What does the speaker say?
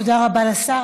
תודה רבה לשר.